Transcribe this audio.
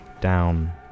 down